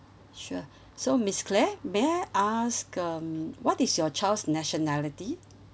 sure so miss claire may I ask um what is your child's nationality